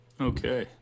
Okay